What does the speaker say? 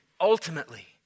ultimately